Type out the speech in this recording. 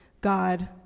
God